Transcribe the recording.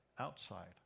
Outside